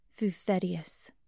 Fufetius